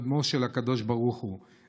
להיות בנו של הקדוש ברוך הוא,